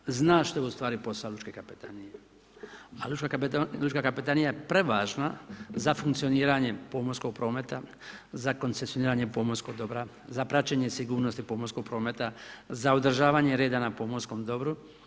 Malo ljudi zna što je ustvari posao lučke kapetanije a lučka kapetanija je prevažna za funkcioniranje pomorskog prometa, za koncesioniranje pomorskog dobra, za praćenje sigurnosti pomorskog prometa, za održavanje reda na pomorskom dobru.